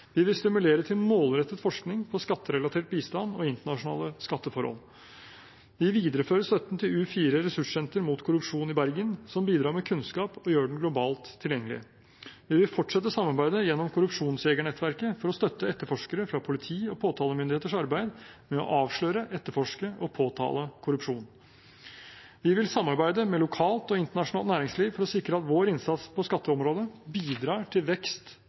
Vi vil stimulere til målrettet forskning på skatterelatert bistand og internasjonale skatteforhold. Vi viderefører støtten til U4 Ressurssenter mot korrupsjon i Bergen, som bidrar med kunnskap og gjør den globalt tilgjengelig. Vi vil fortsette samarbeidet gjennom korrupsjonsjegernettverket for å støtte etterforskere fra politi og påtalemyndigheter i arbeidet med å avsløre, etterforske og påtale korrupsjon. Vi vil samarbeide med lokalt og internasjonalt næringsliv for å sikre at vår innsats på skatteområdet bidrar til vekst